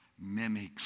mimics